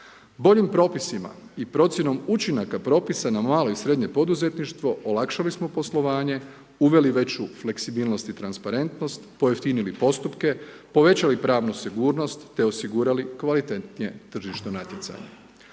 Boljim propisima i procjenom učinaka propisa na malo i srednje poduzetništvo olakšali smo poslovanje, uveli veću fleksibilnost i transparentnost, pojeftinili postupke, povećali pravnu sigurnost te osigurali kvalitetnije tržišno natjecanje.